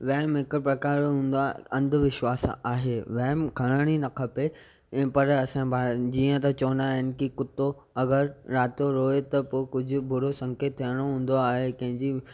वहम हिकु प्रकार जो हूंदो आहे अंध विश्वासु आहे वहम खणण बि न खपे ऐं पर असां ॿारनि जीअं त चवंदा आहिनि की कुतो अगरि राति जो रोए त पोइ कुझु बुरो संकेत थियणो हूंदो आहे कंहिंजी